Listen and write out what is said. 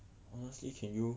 !huh! so can you